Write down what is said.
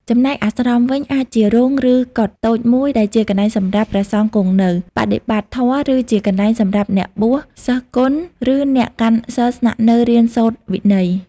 ចំណែកអាស្រមវិញ អាចជារោង ឬកុដិតូចមួយដែលជាកន្លែងសម្រាប់ ព្រះសង្ឃគង់នៅ បដិបត្តិធម៌ ឬជាកន្លែងសម្រាប់អ្នកបួស សិស្សគណ ឬអ្នកកាន់សីលស្នាក់នៅរៀនសូត្រធម៌វិន័យ។